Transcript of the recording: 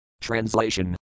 Translation